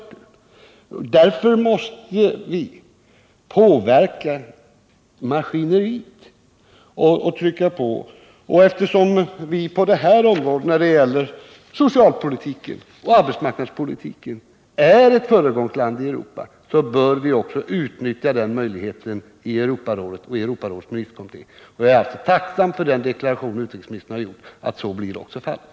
Därför måste vi påverka maskineriet och trycka på. Eftersom Sverige är ett föregångsland i Europa när det gäller socialpolitiken och arbetsmarknadspolitiken bör vi också utnyttja den möjligheten i Europarådet och i dess ministerkommitté. Jag är tacksam för den deklaration som utrikesministern har gjort att så också blir fallet.